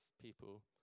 people